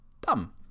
dumb